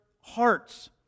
hearts